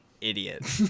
idiot